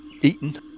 eaten